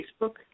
Facebook